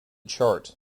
chart